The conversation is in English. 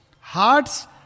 Hearts